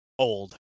Old